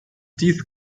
dies